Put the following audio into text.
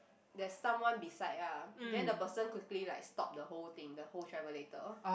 there's someone beside ah then the person quickly like stopped the whole thing the whole travelator